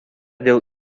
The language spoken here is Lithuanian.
dėl